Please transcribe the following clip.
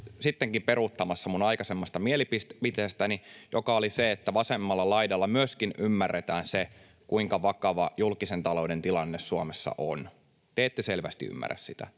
sittenkin peruuttamassa minun aikaisemmasta mielipiteestäni, joka oli se, että myöskin vasemmalla laidalla ymmärretään se, kuinka vakava julkisen talouden tilanne Suomessa on. Te ette selvästi ymmärrä sitä,